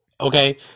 Okay